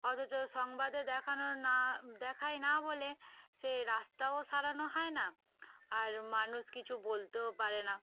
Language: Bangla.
অথচ সংবাদে দেখানো না দেখায় না বলে সে রাস্তাও সারানো হয় না আর মানুষ কিছু বলতেও পারে না